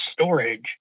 storage